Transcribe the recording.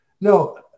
no